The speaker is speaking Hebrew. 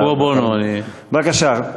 אבל פרו-בונו אני, בבקשה.